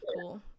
cool